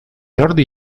jordi